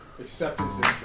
Acceptance